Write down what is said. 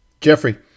Jeffrey